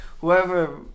Whoever